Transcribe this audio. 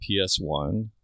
PS1